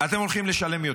אתם הולכים לשלם יותר.